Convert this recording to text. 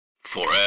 FOREVER